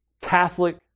Catholic